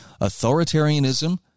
authoritarianism